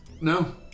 no